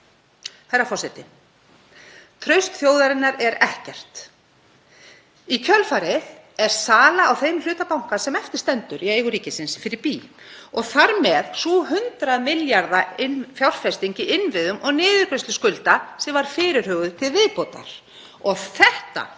Herra forseti. Traust þjóðarinnar er ekkert. Í kjölfarið er sala á þeim hluta banka sem eftir stendur í eigu ríkisins fyrir bí og þar með sú 100 milljarða fjárfesting í innviðum og niðurgreiðslu skulda sem var fyrirhuguð til viðbótar. Og þetta